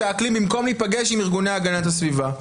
האקלים במקום להיפגש עם ארגוני הגנת הסביבה.